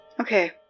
Okay